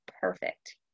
perfect